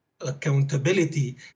accountability